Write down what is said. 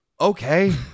Okay